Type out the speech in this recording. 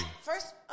First